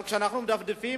אבל כשאנחנו מדפדפים